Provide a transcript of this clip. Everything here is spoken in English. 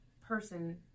person